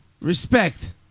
Respect